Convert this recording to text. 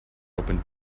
open